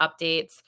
updates